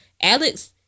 Alex